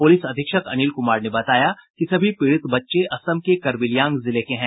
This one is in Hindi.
पुलिस अधीक्षक अनिल कुमार ने बताया कि सभी पीड़ित बच्चे असम के करबिलियांग जिले के हैं